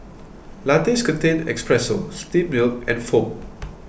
lattes contain espresso steamed milk and foam